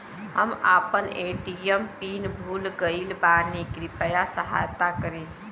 हम आपन ATM PIN भूल गईल बानी कृपया सहायता करी